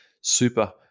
super